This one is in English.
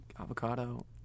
avocado